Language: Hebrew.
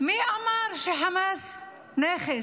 מי אמר שחמאס נכס?